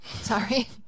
Sorry